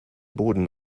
boden